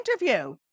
interview